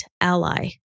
ally